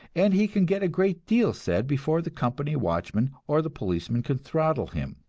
and he can get a great deal said before the company watchman or the policeman can throttle him.